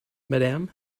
madam